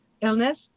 illness